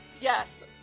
yes